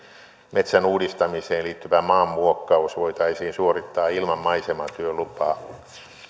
metsän uudistamiseen liittyvä maanmuokkaus voitaisiin suorittaa ilman maisematyölupaa